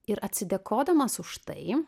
ir atsidėkodamas už tai